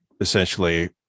essentially